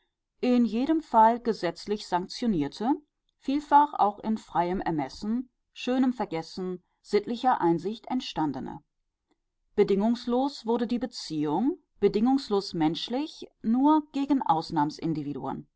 in jedem fall gesetzlich sanktionierte vielfach auch in freiem ermessen schönem vergessen sittlicher einsicht entstandene bedingungslos wurde die beziehung bedingungslos menschlich nur gegen